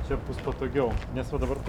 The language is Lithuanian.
čia bus patogiau nes va dabar